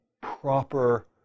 proper